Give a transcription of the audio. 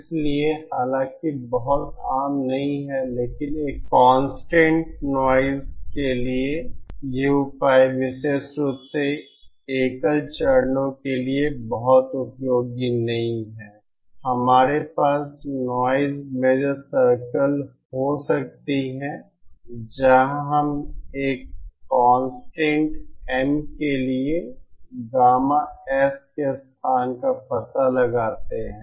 इसलिए हालांकि बहुत आम नहीं है लेकिन एक कंस्टन्ट नॉइज़ के लिए ये उपाय विशेष रूप से एकल चरणों के लिए बहुत उपयोगी नहीं हैं लेकिन हमारे पास नॉइज़ मेजर सर्कल हो सकती हैं जहां हम एक कंस्टन्ट M के लिए गामा S के स्थान का पता लगाते हैं